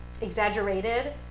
exaggerated